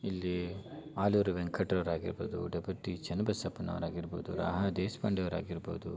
ಇಲ್ಲಿ ಆಲೂರು ವೆಂಕಟರವ್ರು ಆಗಿರ್ಬೋದು ಡೆಬ್ಯುಟಿ ಚೆನ್ನಬಸಪ್ಪನವ್ರು ಆಗಿರ್ಬೋದು ರಾಹ ದೇಶ್ಪಾಂಡೆ ಅವ್ರು ಆಗಿರ್ಬೋದು